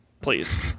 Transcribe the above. please